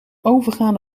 overgaan